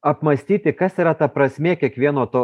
apmąstyti kas yra ta prasmė kiekvieno to